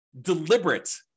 deliberate